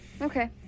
Okay